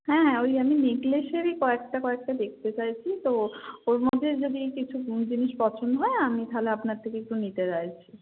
হ্যাঁ হ্যাঁ ওই আমি নেকলেসেরই কয়েকটা কয়েকটা দেখতে চাইছি তো ওর মধ্যে যদি কিছু জিনিস পছন্দ হয় আমি তাহলে আপনার থেকে একটু নিতে চাইছি